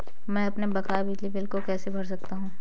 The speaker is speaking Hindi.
मैं अपने बकाया बिजली बिल को कैसे भर सकता हूँ?